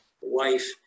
wife